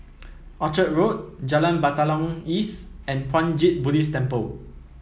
Orchard Road Jalan Batalong East and Puat Jit Buddhist Temple